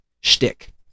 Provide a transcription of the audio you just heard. shtick